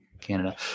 Canada